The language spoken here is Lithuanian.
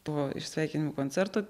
buvo iš sveikinimų koncerto